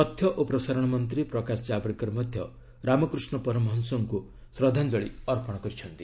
ତଥ୍ୟ ଓ ପ୍ରସାରଣ ମନ୍ତ୍ରୀ ପ୍ରକାଶ ଜାବଡେକର ମଧ୍ୟ ରାମକୃଷ୍ଣ ପରମହଂସଙ୍କୁ ଶ୍ରଦ୍ଧାଞ୍ଜଳି ଅର୍ପଣ କରିଛନ୍ତି